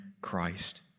Christ